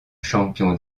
champion